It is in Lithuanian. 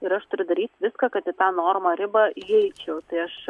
ir aš turiu daryti viską kad į tą normą ribą įeičiau tai aš